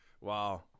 Wow